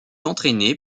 entraîné